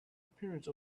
appearance